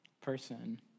person